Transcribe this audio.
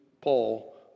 Paul